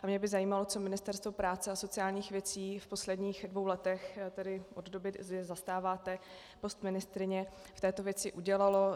Mě by zajímalo, co Ministerstvo práce a sociálních věcí v posledních dvou letech, tedy od doby, kdy zastáváte post ministryně, v této věci udělalo.